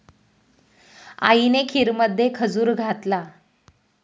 आईने खीरमध्ये खजूर घातला